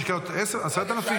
שיקלוט 10,000?